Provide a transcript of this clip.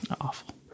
Awful